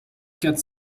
quatre